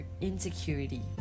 insecurity